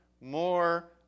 more